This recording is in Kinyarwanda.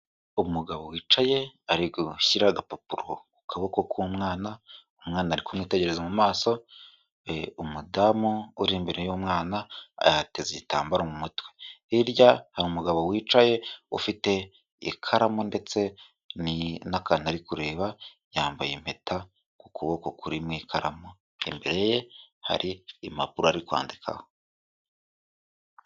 Umugabo wicaye ari gushyira agapapuro ku kaboko k'umwana, umwana ari kumwitegereza mu maso, umudamu uri imbere y'umwana ateze igitambaro mu mutwe, hirya hari umugabo wicaye ufite ikaramu ndetse n'akantu ari kureba yambaye impeta ku kuboko kurimo ikaramu, imbere ye hari impapuro ari kwandikaho.